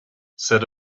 said